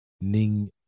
Ning